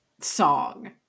Song